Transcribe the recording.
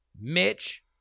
Mitch